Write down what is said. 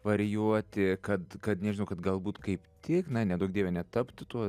varijuoti kad kad nežinau kad galbūt kaip tik na neduok dieve netapt tuo